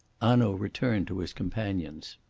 hanaud returned to his companions.